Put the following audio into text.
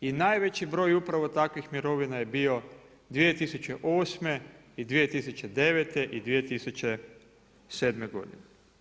I najveći broj upravo takvih mirovina je bio 2008. i 2009. i 2007. godine.